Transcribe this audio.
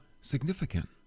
significant